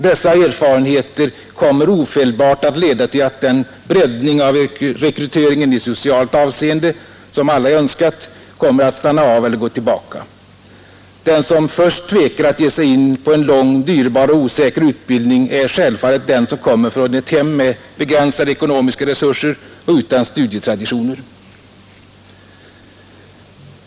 Dessa erfarenheter kommer ofelbart att leda till att den breddning av rekryteringen i socialt avseende som alla önskat kommer att stanna av eller gå tillbaka. Den som först tvekar att ge sig in på en lång, dyrbar och osäker utbildning är självfallet den som kommer från ett hem med begränsade ekonomiska resurser och utan studietraditioner.